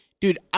Dude